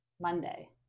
Monday